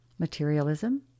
materialism